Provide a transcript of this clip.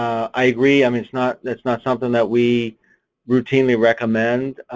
i agree i mean it's not it's not something that we routinely recommend